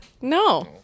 No